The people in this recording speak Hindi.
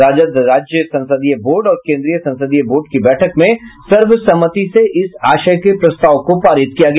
राजद राज्य संसदीय बोर्ड और केन्द्रीय संसदीय बोर्ड की बैठक में सर्वसम्मति से इस आशय के प्रस्ताव को पारित किया गया